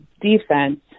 defense